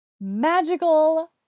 magical